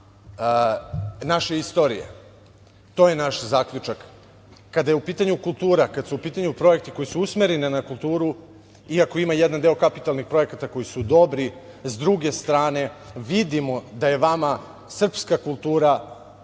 naše istorije. To je naš zaključak. Kada je u pitanju kultura, kada su u pitanju projekti koji su usmereni na kulturu, iako ima jedan deo kapitalnih projekata koji su dobri, s druge strane vidimo da je vama srpska kultura ponižena,